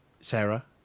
Sarah